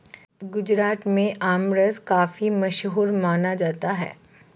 गुजरात में आमरस काफी मशहूर माना जाता है